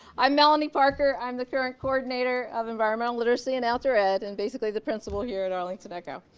i'm melanie parker, i'm the current coordinator of environmental literacy and outdoor ed and basically, the principal here at arlington echo.